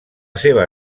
seva